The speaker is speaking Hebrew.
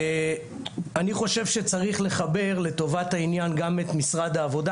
אני חושב שצריך לחבר לטובת העניין גם את משרד העבודה.